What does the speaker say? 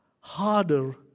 harder